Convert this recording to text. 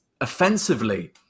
offensively